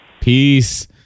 peace